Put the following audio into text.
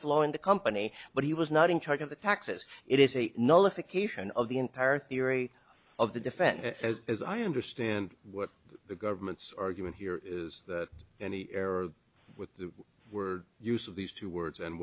flow in the company but he was not in charge of the taxes it is a nullification of the entire theory of the defense as i understand what the government's argument here and the error with the word use of these two words and